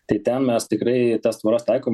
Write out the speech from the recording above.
tai ten mes tikrai tas tvoras taikom